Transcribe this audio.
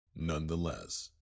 Nonetheless